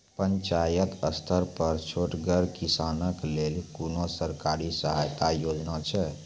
पंचायत स्तर पर छोटगर किसानक लेल कुनू सरकारी सहायता योजना छै?